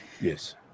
Yes